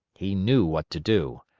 he knew what to do.